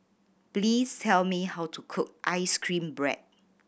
please tell me how to cook ice cream bread